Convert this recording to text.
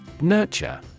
Nurture